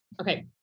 Okay